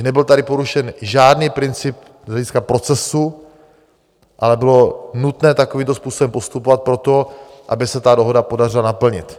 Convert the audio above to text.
Nebyl tady porušen žádný princip z hlediska procesu, ale bylo nutné takovýmto způsobem postupovat proto, aby se tu dohodu podařilo naplnit.